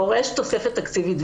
דורש תוספת תקציבית.